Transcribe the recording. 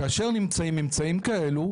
כאשר נמצאים ממצאים כאלה,